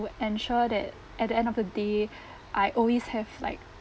will ensure that at the end of the day I always have like